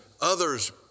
others